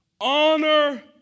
honor